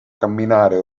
camminare